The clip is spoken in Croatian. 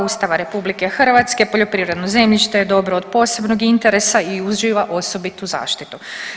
Ustava RH poljoprivredno zemljište je dobro od posebnog interesa i uživa osobitu zaštitu.